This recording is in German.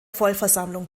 vollversammlung